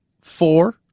four